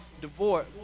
divorce